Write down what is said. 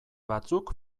batzuk